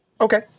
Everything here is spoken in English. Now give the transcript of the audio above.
Okay